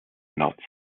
not